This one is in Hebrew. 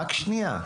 רק רגע,